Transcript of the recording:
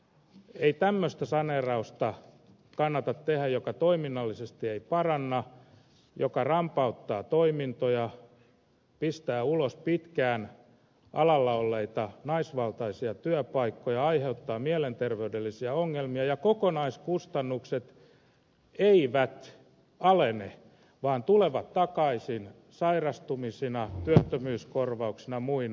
ei tämmöistä saneerausta kannata tehdä joka toiminnallisesti ei paranna joka rampauttaa toimintoja pistää ulos pitkään alalla olleita naisvaltaisia työpaikkoja aiheuttaa mielenterveydellisiä ongelmia ja kokonaiskustannukset eivät alene vaan tulevat takaisin sairastumisina työttömyyskorvauksina ja muina